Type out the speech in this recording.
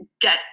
get